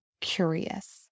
curious